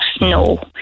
no